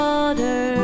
water